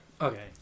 Okay